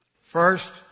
First